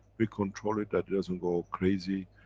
we control it that it doesn't go crazy,